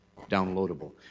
downloadable